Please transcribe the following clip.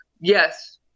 yes